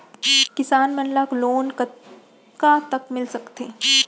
किसान मन ला लोन कतका तक मिलिस सकथे?